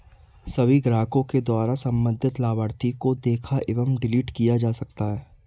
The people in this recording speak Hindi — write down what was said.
सभी ग्राहकों के द्वारा सम्बन्धित लाभार्थी को देखा एवं डिलीट किया जा सकता है